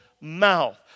mouth